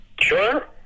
Sure